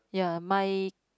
ya mine